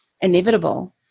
inevitable